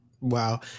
Wow